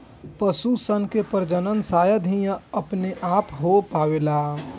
पशु सन के प्रजनन शायद ही अपने आप हो पावेला